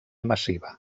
massiva